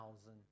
thousand